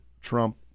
Trump